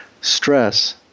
stress